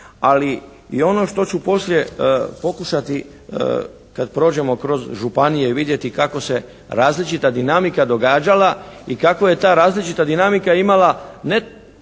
ali i ono što ću poslije pokušati kad prođemo kroz županije i vidjeti kako se različita dinamika događala i kako je ta različita dinamika imala ne